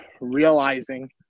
realizing